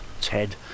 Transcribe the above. Ted